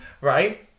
right